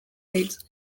rates